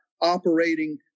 operating